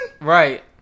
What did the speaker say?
Right